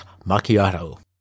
macchiato